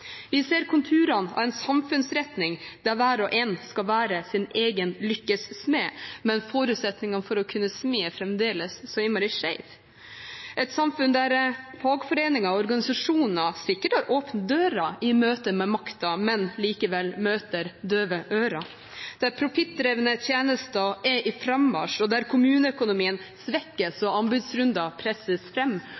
Vi ser konturene av en samfunnsretning der hver og en skal være sin egen lykkes smed, men forutsetningene for å kunne smi er fremdeles så innmari skeive. Det er et samfunn der fagforeningene og organisasjonen sikkert har åpne dører i møte med makten, men likevel møter døve ører. Det er et samfunn der profittdrevne tjenester er i frammarsj, der kommuneøkonomien svekkes,